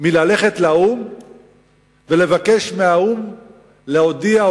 מללכת לאו"ם ולבקש מהאו"ם להודיע,